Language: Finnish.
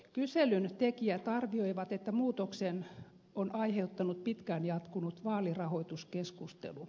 kyselyn tekijät arvioivat että muutoksen on aiheuttanut pitkään jatkunut vaalirahoituskeskustelu